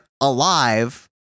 alive